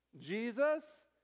Jesus